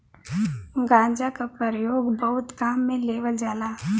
गांजा क परयोग बहुत काम में लेवल जाला